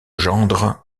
gendre